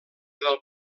del